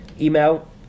Email